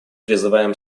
призываем